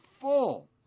full